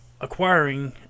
acquiring